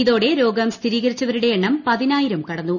ഇതോടെ രോഗം സ്ഥിരീകരിച്ചവരുടെ എണ്ണം പതിനായിരം കടന്നു